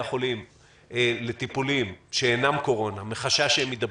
החולים לטיפולים שאינם בהקשר של קורונה מחשש שהם יידבקו,